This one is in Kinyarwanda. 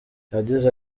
yagize